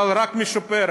אבל רק משופרת.